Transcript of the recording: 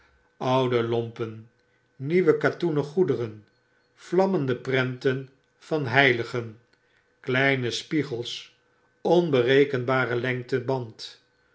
oude lompen nieuwe katoenen goederen vlammende prenten van heiligen kleine spiegels onberekenbare lengten band